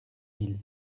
mille